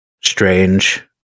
strange